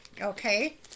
Okay